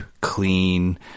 clean